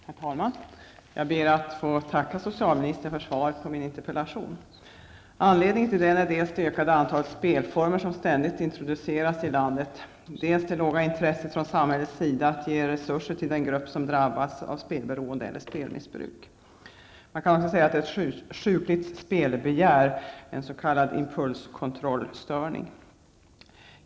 Herr talman! Jag ber att få tacka socialministern för svaret på min interpellation. Anledningen till den är dels det ökade antalet spelformer som ständigt introduceras i landet, dels det svaga intresset från samhällets sida att ge resurser till den grupp som drabbats av spelberoende, eller spelmissbruk. Man kan också säga att det är ett sjukligt spelbegär, en s.k. impulskontrollstörning.